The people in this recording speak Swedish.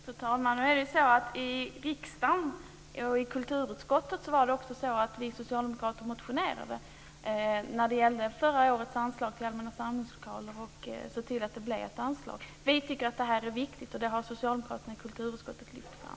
Fru talman! I riksdagen hade vi socialdemokrater motionerat när det gällde förra årets anslag till allmänna samlingslokaler, och vi såg till att det blev ett anslag. Vi tycker att det är viktigt, och det har socialdemokraterna i kulturutskottet lyft fram.